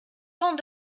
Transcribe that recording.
temps